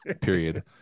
period